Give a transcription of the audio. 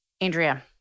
Andrea